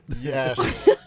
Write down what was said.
Yes